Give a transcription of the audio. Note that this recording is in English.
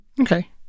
Okay